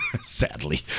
sadly